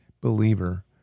believer